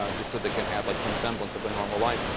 um just so they can have like some semblance of a normal life,